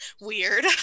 weird